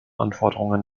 anforderungen